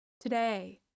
today